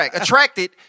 attracted